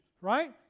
right